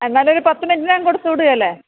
എന്നാലും ഒരു പത്ത് മിനിറ്റിനകം കൊടുത്ത് വിടില്ലേ